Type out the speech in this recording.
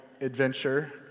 Adventure